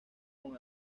con